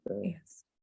Yes